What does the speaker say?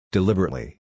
Deliberately